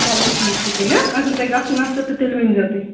چلوٹھیٖک چھُ تیٚلہِ ہٲں اگر تۄہہِ گَژُھن آسوٕ تہٕ تیٚلہِ ؤنٛزِیٚو تُہی